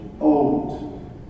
Old